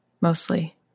mostly